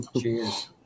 Cheers